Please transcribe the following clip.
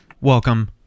welcome